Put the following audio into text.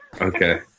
Okay